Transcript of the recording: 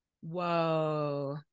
Whoa